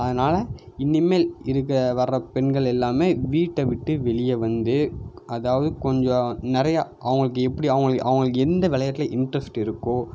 அதனால இனி மேல் இருக்கிற வர்ற பெண்கள் எல்லாம் வீட்டை விட்டு வெளியே வந்து அதாவது கொஞ்சம் நிறையா அவங்களுக்கு எப்படி அவங்களுக்கு அவங்களுக்கு எந்த விளையாட்ல இன்ட்ரெஸ்ட்டு இருக்கோ